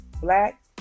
Black